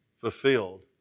fulfilled